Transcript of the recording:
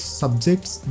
subjects